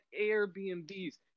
Airbnbs